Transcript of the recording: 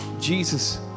Jesus